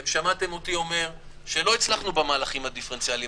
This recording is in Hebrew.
תודה רבה,